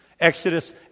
Exodus